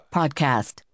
podcast